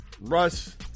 Russ